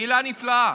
קהילה נפלאה.